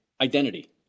identity